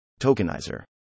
Tokenizer